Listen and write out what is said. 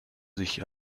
sich